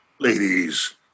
Ladies